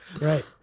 Right